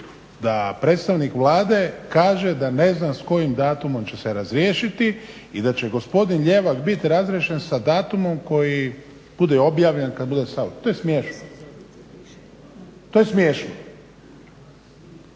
da predstavnik Vlade kaže da ne zna s kojim datumom će se razriješiti i da će gospodin Ljevak biti razriješen sa datumom koji bude objavljen kada bude Sabor, to je smiješno. Ja znam